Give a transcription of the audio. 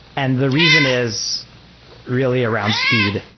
and the reason is really around speed,